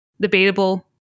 debatable